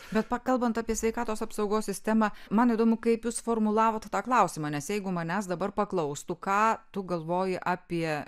bet va kalbant apie sveikatos apsaugos sistemą man įdomu kaip jūs formulavot tą klausimą nes jeigu manęs dabar paklaustų ką tu galvoji apie